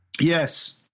Yes